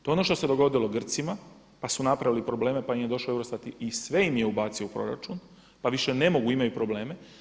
To je ono što se dogodilo Grcima, pa su napravili probleme, pa im je došao EUROSTAT i sve im je ubacio u proračun, pa više ne mogu, imaju probleme.